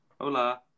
hola